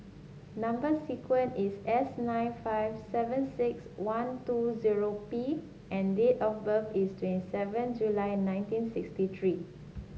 number sequence is S nine five seven six one two zero P and date of birth is twenty seven July nineteen sixty three